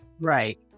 Right